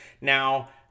Now